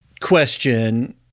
question